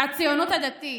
הציונות הדתית,